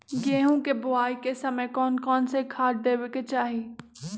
गेंहू के बोआई के समय कौन कौन से खाद देवे के चाही?